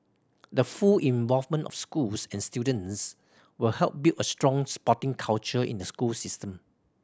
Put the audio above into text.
the full involvement of schools and students will help build a strong sporting culture in the school system